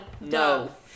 No